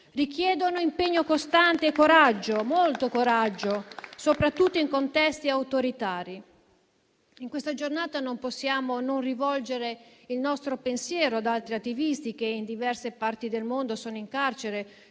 Richiedono impegno costante e coraggio, molto coraggio, soprattutto in contesti autoritari. In questa giornata non possiamo non rivolgere il nostro pensiero ad altri attivisti che, in diverse parti del mondo, sono in carcere